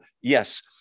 Yes